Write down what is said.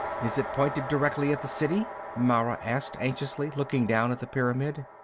is it pointed directly at the city? mara asked anxiously, looking down at the pyramid.